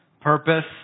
purpose